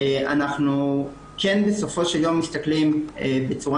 אנחנו כן בסופו של יום מסתכלים בצורה